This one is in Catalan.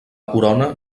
corona